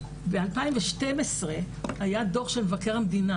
ב-2012 היה דו"ח של מבקר המדינה,